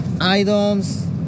items